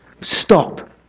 Stop